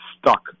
stuck